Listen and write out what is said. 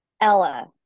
ella